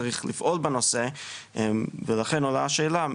צריך לפעול בנושא ולכן עולה השאלה,